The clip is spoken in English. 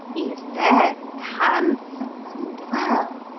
he is very handsome and well,